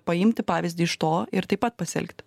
paimti pavyzdį iš to ir taip pat pasielgti